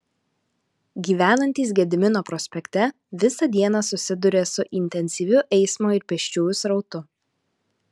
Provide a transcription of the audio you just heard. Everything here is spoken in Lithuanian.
gyvenantys gedimino prospekte visą dieną susiduria su intensyviu eismo ir pėsčiųjų srautu